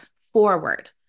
forward